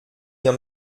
bien